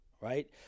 right